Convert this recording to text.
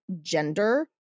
gender